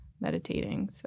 meditating